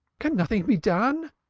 can nothing be done?